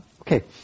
Okay